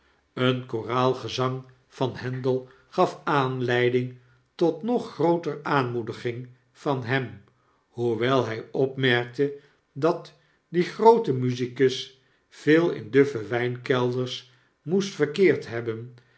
een koraalgezang van handel gaf aanleiding tot nog grooter aanmoediging van hem hoewel hij opmerkte dat die groote musicus veel in duffe wijnkelders moest verkeerd hebben